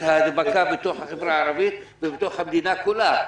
ההדבקה בחברה הערבית ובתוך המדינה כולה.